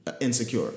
Insecure